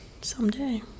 someday